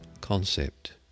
concept